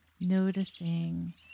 noticing